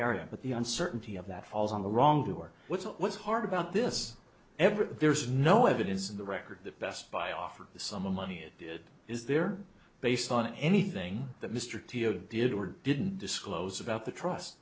area but the uncertainty of that falls on the wrongdoer what's what's hard about this every there's no evidence in the record that best buy offer the sum of money it is there based on anything that mr tito did or didn't disclose about the trust